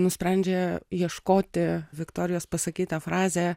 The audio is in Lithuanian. nusprendžia ieškoti viktorijos pasakytą frazę